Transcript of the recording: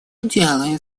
делают